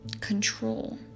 control